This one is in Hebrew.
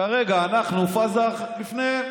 כרגע, אנחנו פאזה אחת לפני,